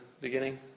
beginning